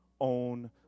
own